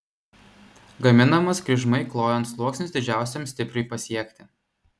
gaminamos kryžmai klojant sluoksnius didžiausiam stipriui pasiekti